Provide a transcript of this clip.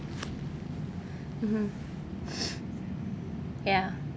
mmhmm ya